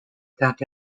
that